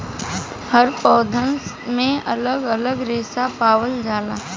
हर पौधन में अलग अलग रेसा पावल जाला